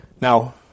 Now